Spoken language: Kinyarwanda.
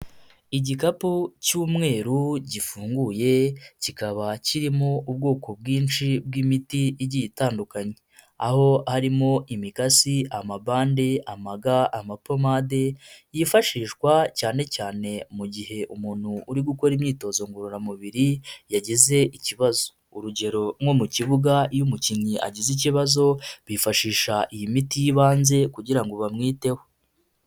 Igikapu cy'umweru gifunguye, kikaba kirimo ubwoko bwinshi bw'imiti igiye itandukanye, aho harimo: imikasi, amabande, amaga, amapomade yifashishwa cyane cyane mu gihe umuntu uri gukora imyitozo ngororamubiri yagize ikibazo, urugero: nko mu kibuga iyo umukinnyi agize ikibazo, bifashisha iyi miti y'ibanze kugira ngo bamwiteho.